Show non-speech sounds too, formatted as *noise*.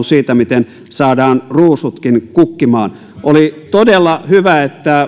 *unintelligible* siitä miten saadaan ruusutkin kukkimaan oli todella hyvä että